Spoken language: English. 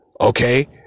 Okay